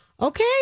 okay